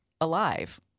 alive